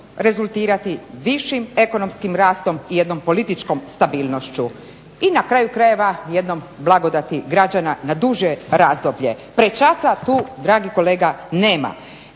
rezultirati višim ekonomskim rastom i jednom političkom stabilnošću. I na kraju krajeva jednom blagodati građana na duže razdoblje. Prečaca tu dragi kolega nema.